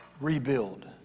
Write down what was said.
rebuild